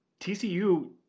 tcu